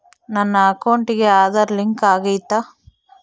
ನನ್ನ ಅಕೌಂಟಿಗೆ ಆಧಾರ್ ಲಿಂಕ್ ಆಗೈತಾ?